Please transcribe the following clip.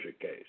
case